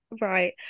right